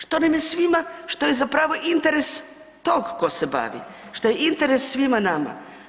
Što nam je svima, što je zapravo interes tog tko se bavi, što je interes svima nama.